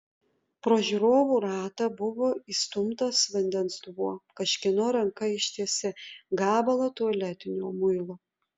pro žiūrovų ratą buvo įstumtas vandens dubuo kažkieno ranka ištiesė gabalą tualetinio muilo